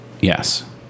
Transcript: yes